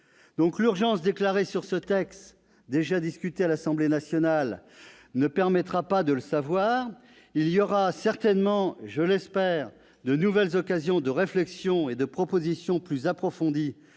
accélérée, utilisée sur ce texte déjà discuté à l'Assemblée nationale, ne permettra pas de le savoir. Il y aura, certainement, je l'espère, de nouvelles occasions de réflexion et de propositions plus approfondies